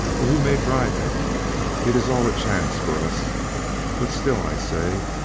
or who may drive him it is all a chance for us but still i say,